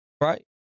Right